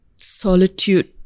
solitude